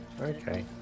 Okay